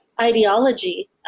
ideology